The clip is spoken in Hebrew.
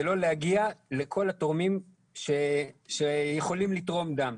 לא להגיע לכל התורמים שיכולים לתרום דם.